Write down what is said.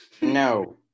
No